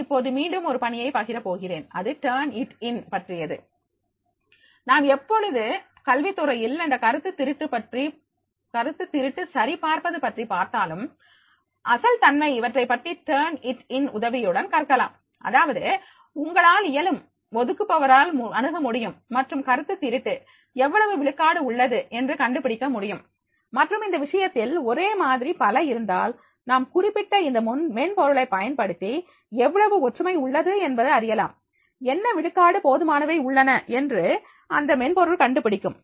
நான் இப்போது மீண்டும் ஒரு பணியை பகிர விரும்புகிறேன் அது டர்ன் இட் இன் பற்றியது நாம் எப்பொழுது கல்வித்துறையில் இந்த கருத்துத் திருட்டு சரி பார்ப்பது பற்றி பார்த்தாலும் அசல் தன்மை இவற்றைப்பற்றி டர்ன் இட் இன் உதவியுடன் கற்கலாம் அதாவது உங்களால் இயலும் ஒதுக்குபவரால் அணுகமுடியும் மற்றும் கருத்துத் திருட்டு எவ்வளவு விழுக்காடு உள்ளது என்று கண்டுபிடிக்க முடியும் மற்றும் இந்த விஷயத்தில் ஒரே மாதிரி பல இருந்தால் நாம் குறிப்பிட்ட இந்த மென்பொருளை பயன்படுத்தி எவ்வளவு ஒற்றுமை உள்ளது என்று அறியலாம் என்ன விழுக்காடு பொதுவானவை உள்ளன என்று இந்த மென்பொருள் கண்டுபிடிக்கும்